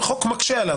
החוק מקשה עליה.